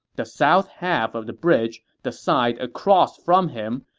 the south half of the bridge, the side across from him,